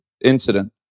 incident